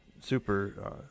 super